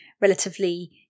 relatively